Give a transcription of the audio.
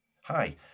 Hi